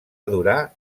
durar